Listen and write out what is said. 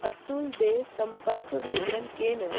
अतुल दे संर्पक विवरण केह् न